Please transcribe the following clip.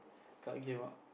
card game ah